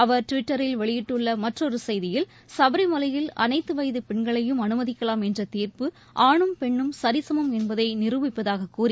அவர் ட்விட்டரில் வெளியிட்டுள்ள மற்றொரு செய்தியில் சபரிமலையில் அனைத்து வயது பெண்களையும் அனுமதிக்கலாம் என்ற தீர்ப்பு ஆணும் பெண்ணும் சரிசமம் என்பதை நிரூபிப்பதாக கூறி